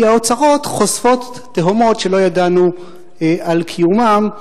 כי האוצרות חושפים תהומות שלא ידענו על קיומם,